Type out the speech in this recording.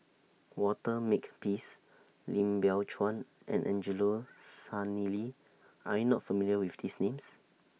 Walter Makepeace Lim Biow Chuan and Angelo Sanelli Are YOU not familiar with These Names